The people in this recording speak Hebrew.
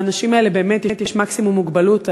לאנשים האלה באמת יש מקסימום מוגבלות.